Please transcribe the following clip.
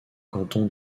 canton